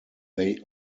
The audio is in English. they